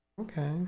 Okay